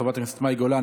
חברת הכנסת מאי גולן,